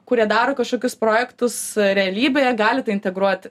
kuria daro kažkokius projektus realybėje gali tai integruoti